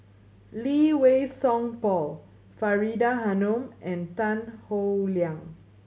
Lee Wei Song Paul Faridah Hanum and Tan Howe Liang